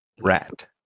Rat